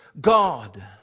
God